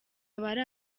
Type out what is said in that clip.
abari